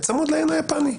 צמוד ל-ין היפנית,